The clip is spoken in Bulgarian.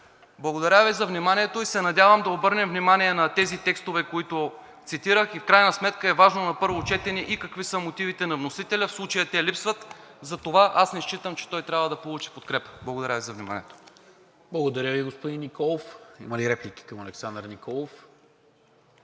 Благодаря Ви за вниманието. Надявам се да обърнем внимание на тези текстове, които цитирах. В крайна сметка е важно на първо четене и какви са мотивите на вносителя. В случая те липсват. Затова не считам, че той трябва да получи подкрепа. Благодаря Ви за вниманието. ПРЕДСЕДАТЕЛ НИКОЛА МИНЧЕВ: Благодаря Ви, господин Николов. Има ли реплики към Александър Николов?